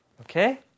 Okay